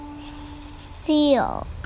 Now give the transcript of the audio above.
seal